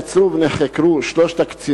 רצוני לשאול: 1. האם נעצרו ונחקרו שלושת הקצינים?